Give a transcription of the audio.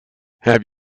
have